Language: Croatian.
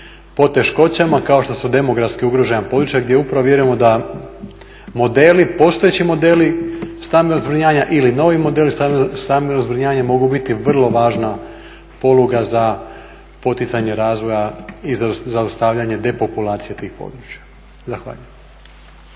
poteškoćama, kao što su demografski ugrožena područja gdje upravo vjerujemo da modeli, postojeći modeli stambenog zbrinjavanja ili novi modeli stambenog zbrinjavanja mogu biti vrlo važna poluga za poticanje razvoja i zaustavljanje depopulacije tih područja. Zahvaljujem.